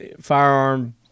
firearm